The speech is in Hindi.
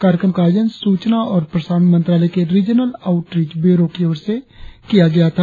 कार्यक्रम का आयोजन सूचना और प्रसारण मंत्रालय के रीजनल आउटरीच ब्यूरो की ओर से किया गया था